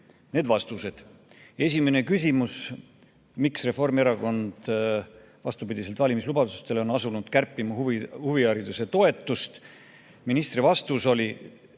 need vastused nii. Esimene küsimus: miks Reformierakond vastupidi valimislubadustele on asunud kärpima huvihariduse toetust? Ministri vastus oli: